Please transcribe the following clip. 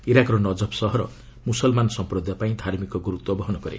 ଇରାକ୍ର Najaf ସହର ମୁସଲମାନ ସଂପ୍ରଦାୟ ପାଇଁ ଧାର୍ମିକ ଗୁରୁତ୍ୱ ବହନ କରେ